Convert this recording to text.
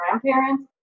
grandparents